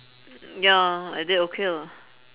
mm ya I did okay lah